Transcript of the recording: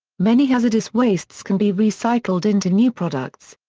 many hazardous wastes can be recycled into new products.